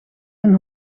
hun